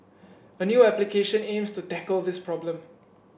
a new application aims to tackle this problem